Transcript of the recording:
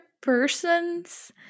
persons